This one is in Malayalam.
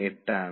33 ആണ്